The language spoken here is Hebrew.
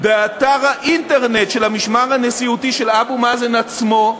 באתר האינטרנט של המשמר הנשיאותי של אבו מאזן עצמו,